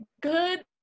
good